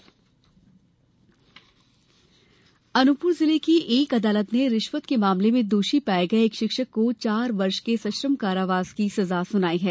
शिक्षक रिश्वत सजा अनूपपुर जिले की एक अदालत ने रिश्वत के मामले में दोषी पाए गए एक शिक्षक को चार वर्ष के सश्रम कारावास की सजा सुनाई है